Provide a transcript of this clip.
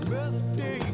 Melody